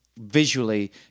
visually